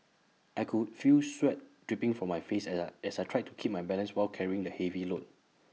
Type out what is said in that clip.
I could feel sweat dripping from my face as I as I tried to keep my balance while carrying the heavy load